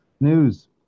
News